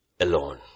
alone